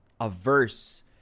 averse